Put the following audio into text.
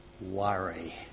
worry